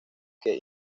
que